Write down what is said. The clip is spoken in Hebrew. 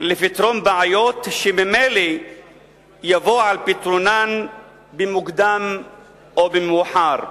לפתרון בעיות שממילא יבואו על פתרונן במוקדם או במאוחר?